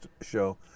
show